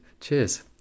Cheers